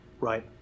Right